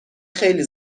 خیلی